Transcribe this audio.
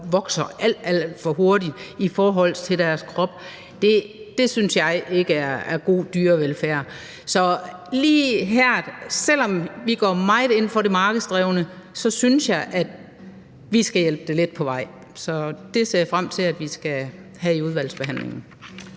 vokser alt, alt for hurtigt i forhold til deres krop, ikke er god dyrevelfærd. Så selv om vi går meget ind for det markedsdrevne, synes jeg lige her, at vi skal hjælpe det lidt på vej. Så det ser jeg frem til at vi skal have i udvalgsbehandling.